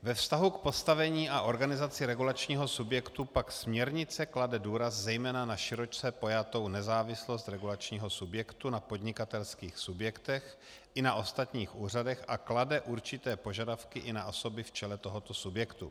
Ve vztahu k postavení a organizaci regulačního subjektu pak směrnice klade důraz zejména na široce pojatou nezávislost regulačního subjektu na podnikatelských subjektech i na ostatních úřadech a klade určité požadavky i na osoby v čele tohoto subjektu.